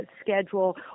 schedule